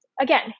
again